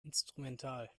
instrumental